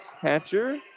Hatcher